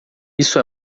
isso